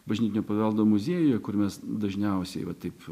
bažnytinio paveldo muziejuje kur mes dažniausiai va taip